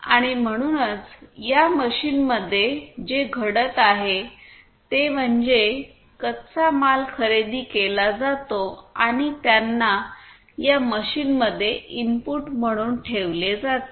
आणि म्हणूनच या मशीनमध्ये जे घडत आहे ते म्हणजे कच्चा माल खरेदी केला जातो आणि त्यांना या मशीनमध्ये इनपुट म्हणून ठेवले जाते